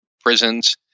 prisons